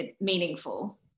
meaningful